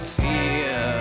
fear